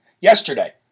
yesterday